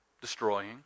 destroying